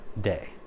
day